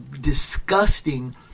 disgusting